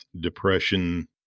depression